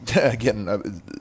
again